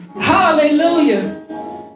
Hallelujah